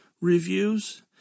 reviews